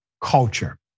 Culture